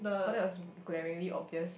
!wah! that was glaringly obvious